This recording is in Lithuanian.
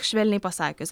švelniai pasakius